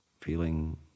feeling